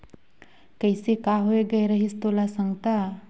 कइसे का होए गये रहिस तोला संगता